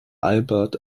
albert